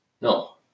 No